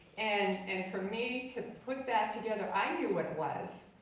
and and for me to put that together. i knew what it was,